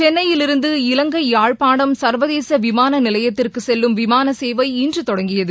சென்னையில் இருந்து இலங்கை யாழ்பாணம் சர்வதேச விமான நிலையத்திற்கு செல்லும் விமான சேவை இன்று தொடங்கியது